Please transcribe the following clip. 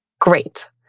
Great